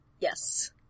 Yes